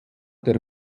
der